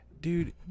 Dude